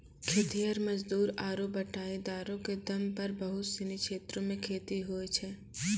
खेतिहर मजदूर आरु बटाईदारो क दम पर बहुत सिनी क्षेत्रो मे खेती होय छै